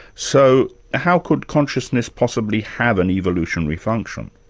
so how could consciousness possibly have an evolutionary function?